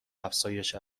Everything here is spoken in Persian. افزایش